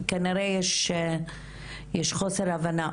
סליחה, כנראה שיש חוסר הבנה.